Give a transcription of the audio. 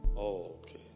Okay